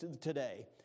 today